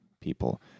people